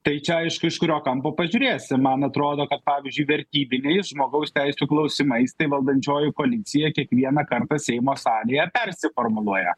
tai čia aišku iš kurio kampo pažiūrėsi man atrodo kad pavyzdžiui vertybiniais žmogaus teisių klausimais tai valdančioji koalicija kiekvieną kartą seimo salėje persiformuluoja